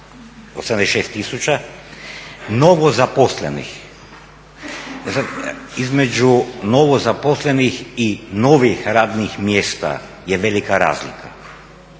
"86 tisuća novozaposlenih". Između novozaposlenih i novih radnih mjesta je velika razlika.